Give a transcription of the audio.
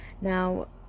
Now